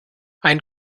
ein